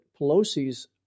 Pelosi's